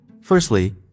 Firstly